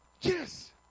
Yes